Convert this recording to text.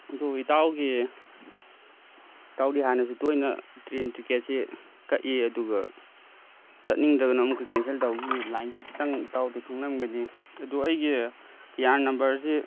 ꯑꯗꯨ ꯏꯇꯥꯎꯒꯤ ꯏꯇꯥꯎꯗꯤ ꯍꯥꯟꯅꯁꯨ ꯇꯣꯏꯅ ꯇ꯭ꯔꯦꯟ ꯇꯤꯀꯦꯠꯁꯤ ꯀꯛꯏ ꯑꯗꯨꯒ ꯆꯠꯅꯤꯡꯗꯗꯅ ꯑꯃꯨꯛꯀ ꯀꯦꯟꯁꯦꯜ ꯇꯧꯕꯒꯤ ꯂꯥꯏꯟꯁꯤ ꯈꯤꯇꯪ ꯏꯇꯥꯎꯗꯤ ꯈꯪꯂꯝꯒꯅꯤ ꯑꯗꯨ ꯑꯩꯒꯤ ꯑꯦ ꯑꯥꯔ ꯅꯝꯕꯔꯁꯤ